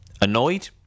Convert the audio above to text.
Annoyed